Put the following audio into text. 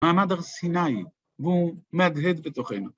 ‫מעמד הר סיני והוא מהדהד בתוכנו.